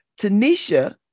Tanisha